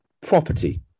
property